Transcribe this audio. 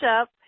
up